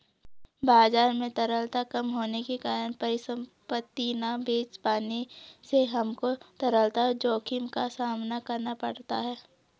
बाजार में तरलता कम होने के कारण परिसंपत्ति ना बेच पाने से हमको तरलता जोखिम का सामना करना पड़ता है